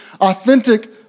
authentic